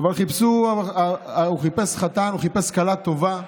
הוא חיפש כלה טובה,